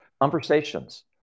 Conversations